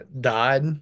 died